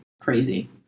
crazy